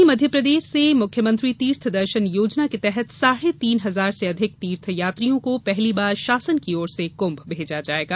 वहीं मध्यप्रदेश से मुख्यमंत्री तीर्थ दर्शन योजना के तहत साढ़े तीन हजार से अधिक तीर्थयात्रियों को पहली बार शासन की ओर से कुंभ भेजा जायेगा